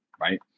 right